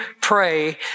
pray